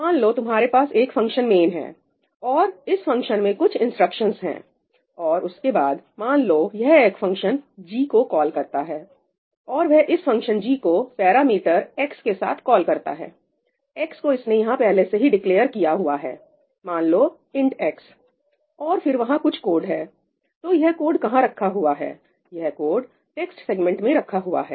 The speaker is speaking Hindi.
मान लो तुम्हारे पास एक फंक्शन है और इस फंक्शन में कुछ इंस्ट्रक्शंस है और उसके बाद मान लो यह एक फंक्शन g को कॉल करता है और वह इस फंक्शन g को पैरामीटर x के साथ कॉल करता है x को इसने यहां पहले से ही डिक्लेअर किया हुआ है मान लो int x और फिर वहां कुछ कोड है तो यह कोड कहां रखा हुआ है यह कोड टेक्स्ट सेगमेंट में रखा हुआ है